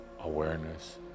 awareness